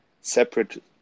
separate